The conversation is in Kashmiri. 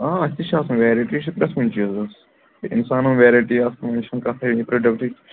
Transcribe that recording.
آ تہِ چھِ آسان ویٚرایٹی چھِ پرٛتھ کُنہِ چیٖزس ییٚلہِ اِنسانن ویٚرایٹۍ آسان یہِ چھَنہٕ کتھٕے اَمہِ پرٛوڈکٹٕچ